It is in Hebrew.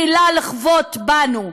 היא מתחילה לחבוט בנו.